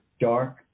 dark